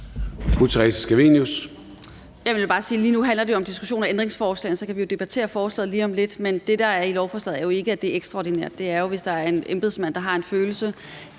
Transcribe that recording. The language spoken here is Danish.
lige nu handler det jo om diskussionen af ændringsforslagene. Så kan vi debattere forslaget lige om lidt. Det, der er i lovforslaget, er ikke, at det er ekstraordinært. Der er jo, hvis der er en embedsmand, der har en følelse,